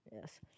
Yes